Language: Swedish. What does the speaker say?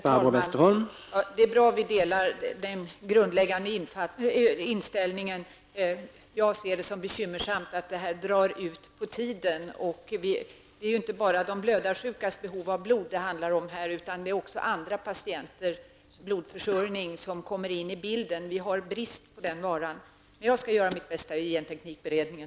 Herr talman! Det är bra att vi delar den grundläggande inställningen. Jag tycker att det är bekymmersamt att detta drar ut på tiden. Det är inte bara de blödarsjukas behov av blod det handlar om, utan det är också andra patienters blodförsörjning som kommer in i bilden. Vi har brist på den varan. Jag skall göra mitt bästa i genteknikberedningen.